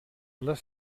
les